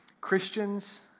Christians